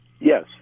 Yes